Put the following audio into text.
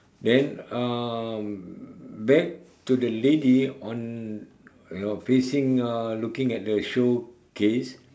then um back to the lady on you know facing uh looking at the showcase